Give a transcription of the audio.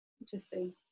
interesting